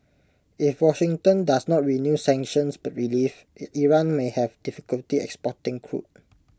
if Washington does not renew sanctions but relief Iran may have difficulty exporting crude